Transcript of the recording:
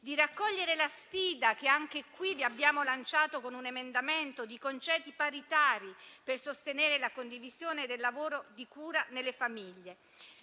di raccogliere la sfida che anche qui vi abbiamo lanciato con un emendamento sui congedi paritari per sostenere la condivisione del lavoro di cura nelle famiglie,